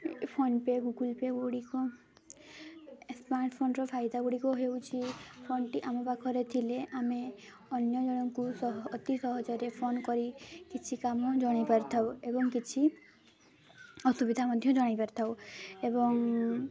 PhonePe ଗୁଗୁଲପେଗୁଡ଼ିକ ସ୍ମାର୍ଟଫୋନର ଫାଇଦାଗୁଡ଼ିକ ହେଉଛି ଫୋନଟି ଆମ ପାଖରେ ଥିଲେ ଆମେ ଅନ୍ୟ ଜଣଙ୍କୁ ସହ ଅତି ସହଜରେ ଫୋନ୍ କରି କିଛି କାମ ଜଣାଇ ପାରିଥାଉ ଏବଂ କିଛି ଅସୁବିଧା ମଧ୍ୟ ଜଣାଇ ପାରିଥାଉ ଏବଂ